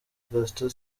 gaston